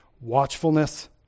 watchfulness